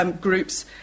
groups